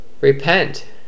repent